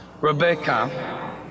Rebecca